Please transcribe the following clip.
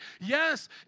Yes